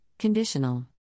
conditional